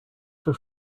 for